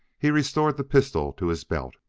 he restored the pistol to his belt.